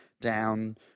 down